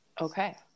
Okay